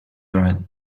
right